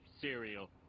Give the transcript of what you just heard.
cereal